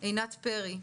עינת פרי.